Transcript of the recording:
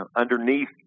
underneath